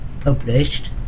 published